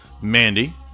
Mandy